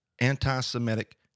anti-Semitic